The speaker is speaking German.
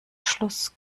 schluss